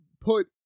put